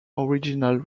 original